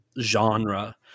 genre